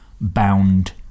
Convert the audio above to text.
bound